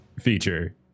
feature